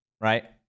right